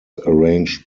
arranged